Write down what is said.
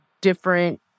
different